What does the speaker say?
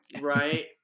right